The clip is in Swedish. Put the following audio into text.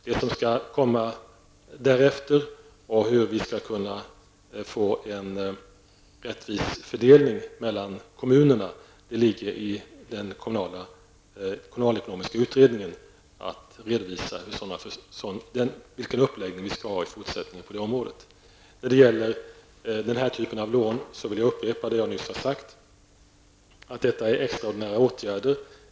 Det ligger i den kommunalekonomiska utredningens uppdrag att redovisa hur det skall åstadkommas en rättvis fördelning mellan kommunerna och hur det skall bli i fortsättningen på området. När det gäller denna typ av lån vill jag upprepa vad jag sade nyss. Det är fråga om extraordinära åtgärder.